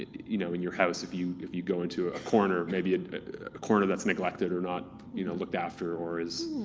you know in your house, if you if you go into a corner, maybe a corner that's neglected or not you know looked after, or is.